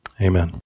Amen